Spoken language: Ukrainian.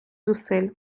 зусиль